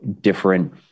different